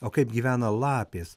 o kaip gyvena lapės